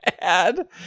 bad